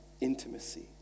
intimacy